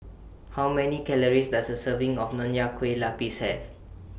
How Many Calories Does A Serving of Nonya Kueh Lapis Have